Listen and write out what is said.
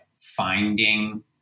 finding